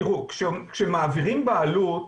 כאשר מעבירים בעלות,